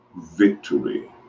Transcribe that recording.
victory